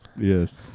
Yes